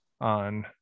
on